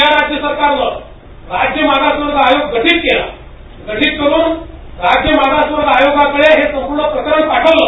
या राज्य सरकारनं राज्य मागासवर्ग आयोग गठीत केला गठीत करून राज्य मागासवर्ग आयोगाकडे हे संपूर्ण प्रकरण पाठवले